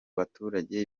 baturage